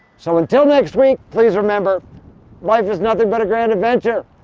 so until next week, please remember life is nothing but a grand adventure!